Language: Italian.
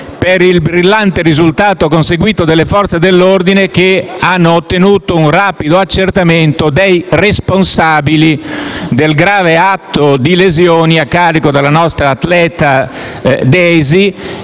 per il brillante risultato conseguito dalle Forze dell'ordine che hanno ottenuto un rapido accertamento dei responsabili del grave atto di lesioni a carico della nostra atleta Daisy